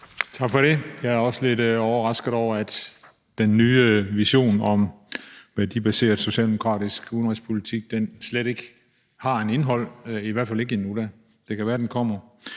Tak for det. Jeg er også lidt overrasket over, at den nye vision om en værdibaseret socialdemokratisk udenrigspolitik slet ikke har et indhold, i hvert fald ikke endnu, men det kan være, det kommer.